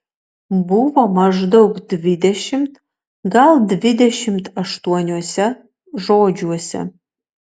buvo maždaug dvidešimt gal dvidešimt aštuoniuose žodžiuose